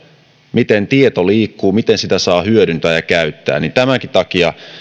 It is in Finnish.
miten tieto liikkuu miten sitä saa hyödyntää ja käyttää tämänkin takia